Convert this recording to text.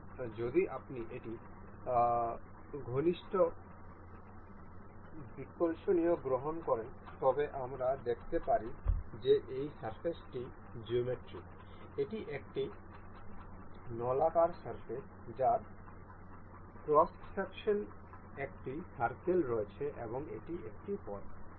সুতরাং যদি আপনি একটি ঘনিষ্ঠ বিশ্লেষণ গ্রহণ করেন তবে আমরা দেখতে পারি যে এই সারফেস টি জিওমেট্রিক এটি একটি নলাকার সারফেস যার ক্রস সেকশনে একটি সার্কেল রয়েছে এবং এটি একটি পথ